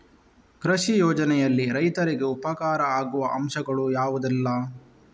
ಕೃಷಿ ಯೋಜನೆಯಲ್ಲಿ ರೈತರಿಗೆ ಉಪಕಾರ ಆಗುವ ಅಂಶಗಳು ಯಾವುದೆಲ್ಲ?